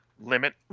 limit